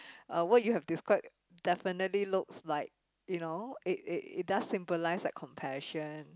uh what you have described definitely looks like you know it it it does symbolise like compassion